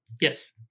Yes